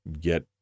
get